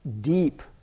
deep